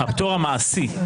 שהפטור המעשי.